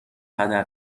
هدر